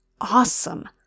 awesome